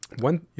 one